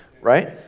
right